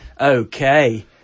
Okay